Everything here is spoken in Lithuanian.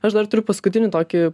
aš dar turiu paskutinį tokį